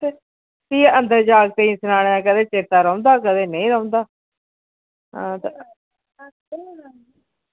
फ्ही अंदर जागतें गी सनाने दा कदे चेता रौह्ंदा कदें नेईं रौह्ंदा हां ते